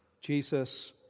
Jesus